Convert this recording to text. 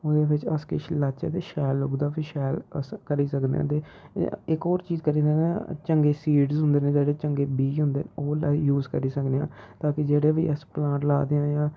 ओह्दे बिच्च अस किश लाचै ते शैल ओह्दा फ्ही शैल अस करी सकने ते इक होर चीज़ करी सकनें चंगे सीड्स होंदे न चंगे बीऽ होंदे ओह् लाई यूज़ करी सकने आं ताकि जेह्ड़े बी अस प्लांट ला दे आं जां